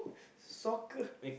soccer